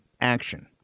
action